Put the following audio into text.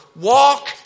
Walk